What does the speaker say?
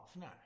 No